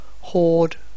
hoard